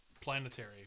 planetary